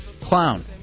Clown